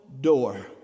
door